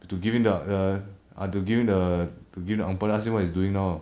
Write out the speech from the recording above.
to give him the err ah to give him the to give the ang pow then ask him what he's doing now